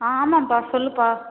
ஆ ஆமாப்பா சொல்லுப்பா